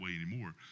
anymore